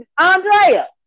Andrea